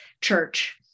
church